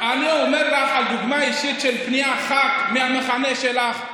אני אומר לך על דוגמה אישית של פנייה אחת מהמחנה שלך.